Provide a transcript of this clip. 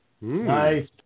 Nice